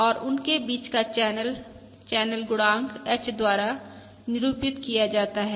और उनके बीच का चैनल चैनल गुणांक H द्वारा निरूपित किया जाता है